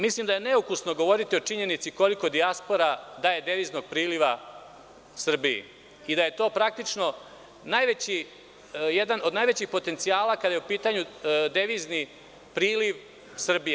Mislim da je neukusno govoriti o činjenici koliko dijaspora daje deviznog priliva Srbiji i da je to praktično najveći potencijal kada je u pitanju devizni priliv Srbije.